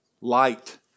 Light